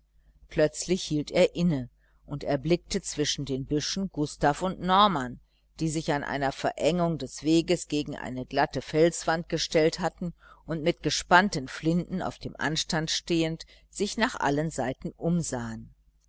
plötzlich hielt er inne und erblickte zwischen den büschen gustav und norman die sich an einer verengung des weges gegen eine glatte felswand gestellt hatten und mit gespannten flinten auf dem anstand stehend sich nach allen seiten umsahen